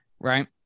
right